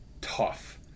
tough